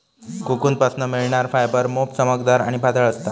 कोकूनपासना मिळणार फायबर मोप चमकदार आणि पातळ असता